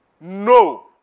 no